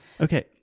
Okay